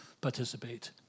participate